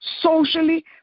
socially